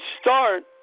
start